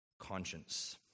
conscience